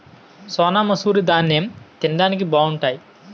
సోనామసూరి దాన్నెం తిండానికి బావుంటాయి